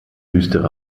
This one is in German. düstere